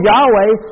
Yahweh